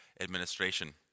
administration